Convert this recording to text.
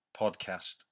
podcast